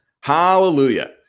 Hallelujah